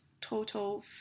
total